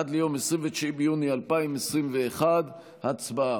עד ליום 29 ביוני 2021. הצבעה.